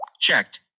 Checked